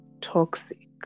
toxic